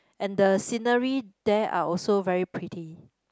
and the scenery there are also very pretty